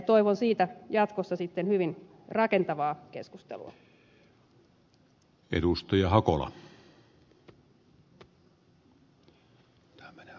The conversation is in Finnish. toivon siitä jatkossa sitten hyvin rakentavaa keskustelua